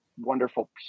wonderful